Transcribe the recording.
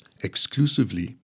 exclusively